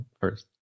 first